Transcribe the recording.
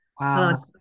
Wow